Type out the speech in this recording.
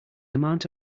amount